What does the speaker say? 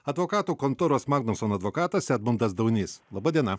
advokatų kontoros magnuson advokatas edmundas daunys laba diena